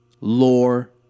lore